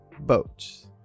boats